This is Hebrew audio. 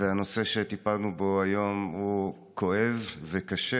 והנושא שטיפלנו בו היום הוא כואב וקשה.